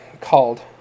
called